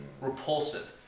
repulsive